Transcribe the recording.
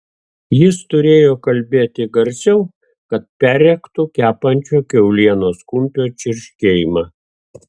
jis turėjo kalbėti garsiau kad perrėktų kepančio kiaulienos kumpio čirškėjimą